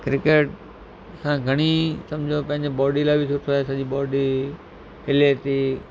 cricket सां घणी सम्झो पंहिंजे बॉडी लाइ बि सुठो आहे सॼी बॉडी हिले थी